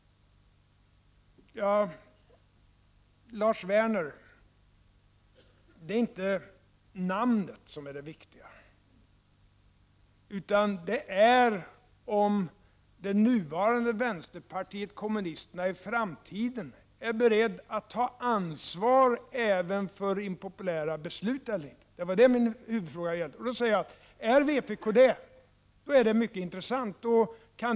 Lars Werner, det är inte namnet som är det viktiga, utan om det nuvarande vänsterpartiet kommunisterna i framtiden är berett att ta ansvar även för impopulära beslut eller inte. Det var det min huvudfråga gällde. Är vpk det, är det mycket intressant.